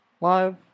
live